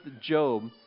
Job